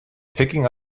picking